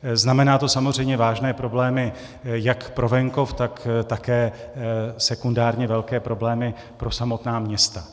Znamená to samozřejmě vážné problémy jak pro venkov, tak také sekundárně velké problémy pro samotná města.